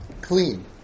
clean